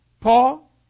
Paul